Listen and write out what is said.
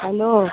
hello